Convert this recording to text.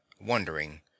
wondering